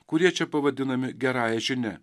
kurie čia pavadinami gerąja žinia